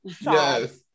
Yes